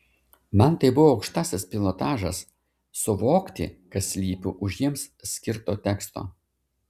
man tai buvo aukštasis pilotažas suvokti kas slypi už jiems skirto teksto